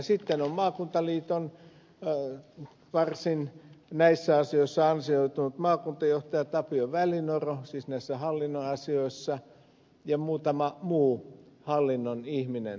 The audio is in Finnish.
sitten on maakuntaliiton näissä asioissa varsin ansioitunut maakuntajohtaja tapio välinoro siis näissä hallinnon asioissa ja muutama muu hallinnon ihminen